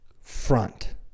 front